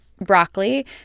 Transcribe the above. Broccoli